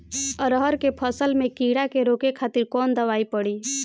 अरहर के फसल में कीड़ा के रोके खातिर कौन दवाई पड़ी?